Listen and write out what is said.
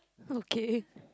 okay